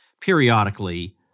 periodically